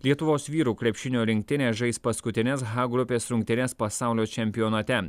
lietuvos vyrų krepšinio rinktinė žais paskutines h grupės rungtynes pasaulio čempionate